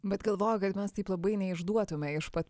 bet galvoju kad mes taip labai neišduotume iš pat